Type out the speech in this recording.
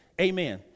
Amen